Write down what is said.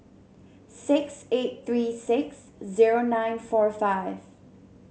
six eight three six zero nine four five